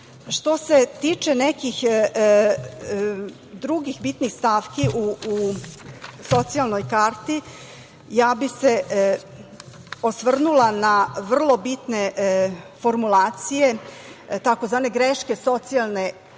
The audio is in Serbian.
se tiče nekih drugih bitnih stavki u socijalnoj karti, ja bih se osvrnula na vrlo bitne formulacije, takozvane greške socijalne